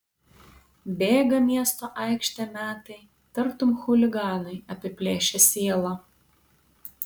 bėga miesto aikštėm metai tartum chuliganai apiplėšę sielą